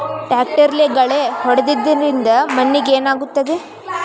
ಟ್ರಾಕ್ಟರ್ಲೆ ಗಳೆ ಹೊಡೆದಿದ್ದರಿಂದ ಮಣ್ಣಿಗೆ ಏನಾಗುತ್ತದೆ?